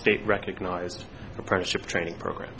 state recognized apprenticeship training program